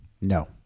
No